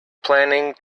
planning